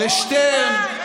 ושטרן,